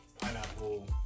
pineapple